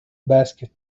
basket